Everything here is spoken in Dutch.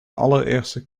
allereerste